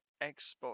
Xbox